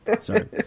Sorry